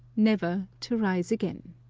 never to rise again.